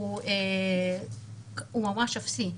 הוא ממש אפסי.